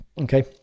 okay